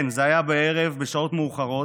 כן, זה היה בערב, בשעות מאוחרות.